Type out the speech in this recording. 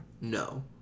no